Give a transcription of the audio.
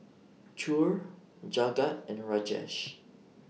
Choor Jagat and Rajesh